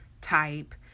type